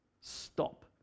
stop